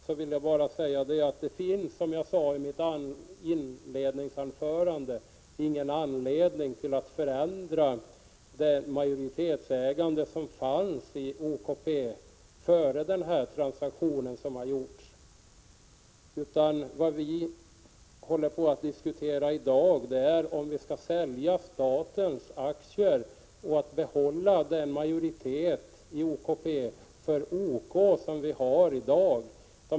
Herr talman! Jag vill bara säga till Hadar Cars att det inte finns, som jag sade i mitt inledningsanförande, någon anledning att förändra det majoritetsförhållande som fanns i OKP före den gjorda transaktionen. I dag diskuterar vi om vi skall sälja statens aktier och behålla den majoritet som OK har i OKP. för närvarande.